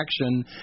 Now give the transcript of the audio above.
action